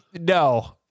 No